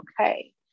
okay